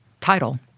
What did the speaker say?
title